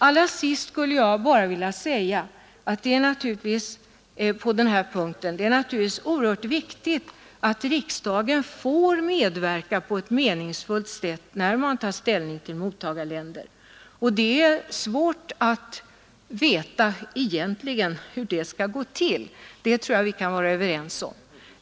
Allra sist skulle jag på denna punkt bara vilja säga att det naturligtvis är oerhört viktigt att riksdagen får medverka på ett meningsfullt sätt när man tar ställning till mottagarländer. Det är dock svårt att veta hur det egentligen skall gå till. Det tror jag vi kan vara överens om.